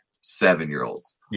seven-year-olds